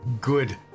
Good